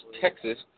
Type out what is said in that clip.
Texas